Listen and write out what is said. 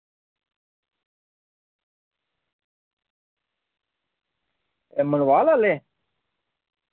एह् मनवाल आह्ले